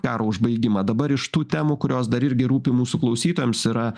karo užbaigimą dabar iš tų temų kurios dar irgi rūpi mūsų klausytojams yra